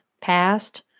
past